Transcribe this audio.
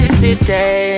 city